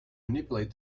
manipulate